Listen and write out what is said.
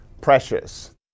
precious